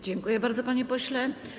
Dziękuję bardzo, panie pośle.